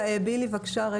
בילי, בקשה.